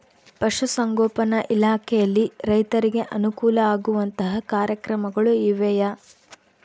ಪಶುಸಂಗೋಪನಾ ಇಲಾಖೆಯಲ್ಲಿ ರೈತರಿಗೆ ಅನುಕೂಲ ಆಗುವಂತಹ ಕಾರ್ಯಕ್ರಮಗಳು ಇವೆಯಾ?